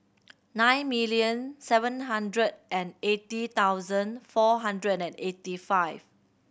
nine million seven hundred and eighty thousand four hundred and eighty five